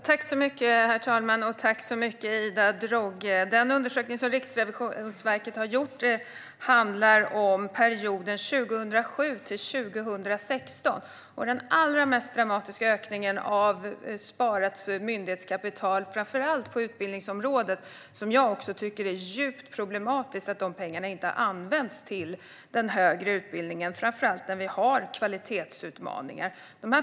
Herr talman! Tack, Ida Drougge! Den undersökning som Riksrevisionen har gjort handlar om perioden 2007-2016. Det är en dramatisk ökning av sparat myndighetskapital, framför allt på utbildningsområdet. Jag tycker att det är djupt problematiskt att dessa pengar inte använts till den högre utbildningen, framför allt eftersom vi har kvalitetsutmaningar.